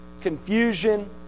confusion